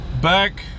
Back